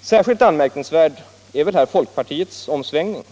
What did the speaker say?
Särskilt anmärkningsvärd är här folkpartiets omsvängning.